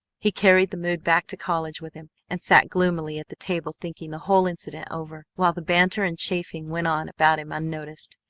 he carried the mood back to college with him, and sat gloomily at the table thinking the whole incident over, while the banter and chaffing went on about him unnoticed.